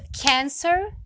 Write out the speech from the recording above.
cancer